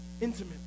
intimate